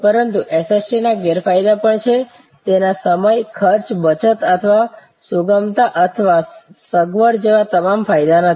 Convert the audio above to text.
પરંતુ SST ના ગેરફાયદા પણ છે તેના સમયખર્ચ બચત અથવા સુગમતા અથવા સગવડ જેવા તમામ ફાયદા નથી